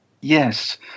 Yes